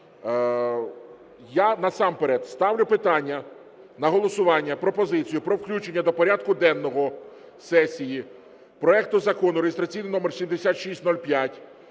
я насамперед ставлю питання на голосування, пропозицію про включення до порядку денного сесії проекту Закону, реєстраційний номер 7605,